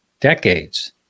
decades